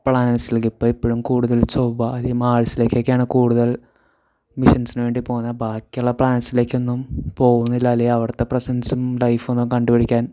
പ്ലാനെറ്റ്സിലേക്ക് ഇപ്പോൾ എപ്പോഴും കൂടുതൽ ചൊവ്വ അല്ലേ മാഴ്സിലേക്കെക്കെയാണ് കൂടുതൽ മിഷൻസിനുവേണ്ടി പോവുന്നത് ബാക്കിയുള്ള പ്ലാൻസിലേക്കൊന്നും പോകുന്നില്ല അല്ലേ അവിടുത്തെ പ്രസൻസും ലൈഫൊന്നും കണ്ടുപിടിക്കാൻ